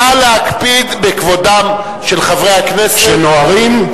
נא להקפיד בכבודם של חברי הכנסת, שנוערים?